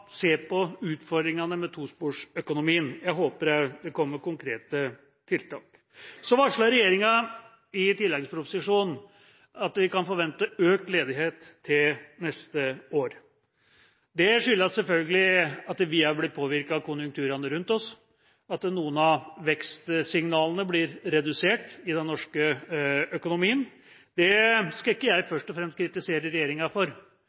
se på utfordringene med tosporsøkonomien. Jeg håper også det kommer konkrete tiltak. Så varsler regjeringa i tilleggsproposisjonen at vi kan forvente økt ledighet til neste år. Det skyldes selvfølgelig at vi er blitt påvirket av konjunkturene rundt oss, at noen av vekstsignalene blir redusert i den norske økonomien. Det skal jeg ikke først og fremst kritisere regjeringa for.